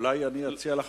אולי אציע לך,